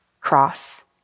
cross